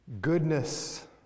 Goodness